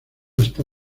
está